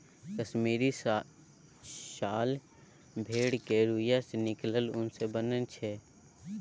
कश्मीरी साल भेड़क रोइयाँ सँ निकलल उन सँ बनय छै